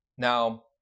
Now